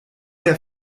der